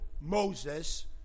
Moses